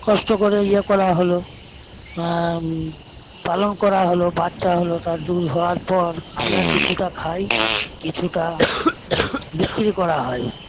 কষ্ট করে করা হল পালন করা হল বাচ্চা হল তার দুধ হওয়ার পর আমরা কিছুটা খাই কিছুটা বিক্রি করা হয়